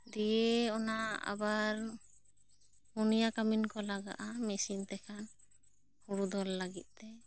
ᱫᱤᱭᱮ ᱚᱱᱟ ᱟᱵᱟᱨ ᱯᱩᱱᱤᱭᱟ ᱠᱟ ᱢᱤᱱ ᱠᱚ ᱞᱟᱜᱟᱜᱼᱟ ᱢᱮᱥᱤᱱ ᱛᱮᱠᱷᱟᱱ ᱦᱳᱲᱳ ᱫᱚᱞ ᱞᱟᱹᱜᱤᱫ ᱛᱮ